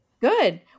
Good